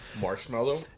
marshmallow